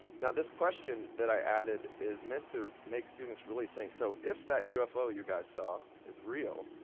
now, this question that i added is meant to make students really think. so, if that ufo you guys saw is real,